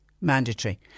mandatory